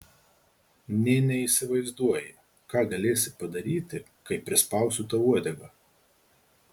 nė neįsivaizduoji ką galėsi padaryti kai prispausiu tau uodegą